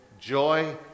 joy